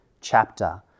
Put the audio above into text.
chapter